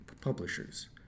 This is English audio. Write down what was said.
publishers